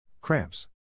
cramps